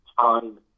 time